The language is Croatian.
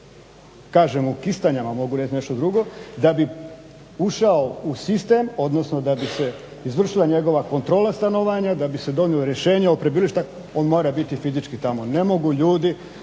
kažem u Kistanjama, mogu reći nešto drugo, da bi ušao u sistem odnosno da bi se izvršila njegova kontrola stanovanja, da bi se donijelo rješenje o prebivalištu on mora biti fizički tamo. Ne mogu ljudi